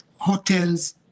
hotels